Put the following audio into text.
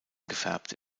gefärbt